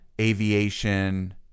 aviation